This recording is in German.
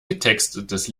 getextetes